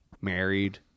married